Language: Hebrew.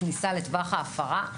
כניסה לטווח ההפרה,